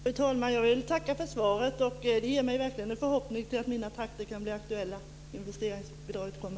Fru talman! Jag vill tacka för svaret. Det ger mig verkligen förhoppningen att mina trakter kan bli aktuella när investeringsbidraget kommer.